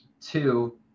Two